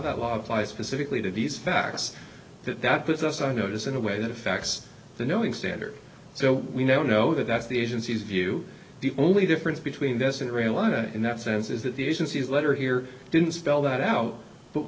that law applies specifically to these facts that that puts us on notice in a way that effects the knowing standard so we now know that that's the agency's view the only difference between this and realign it in that sense is that the agency's letter here didn't spell that out but